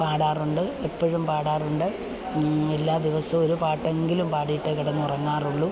പാടാറുണ്ട് ഇപ്പോഴും പാടാറുണ്ട് എല്ലാ ദിവസവും ഒരു പാട്ടെങ്കിലും പാടിയിട്ടേ കിടന്നുറങ്ങാറുളളൂ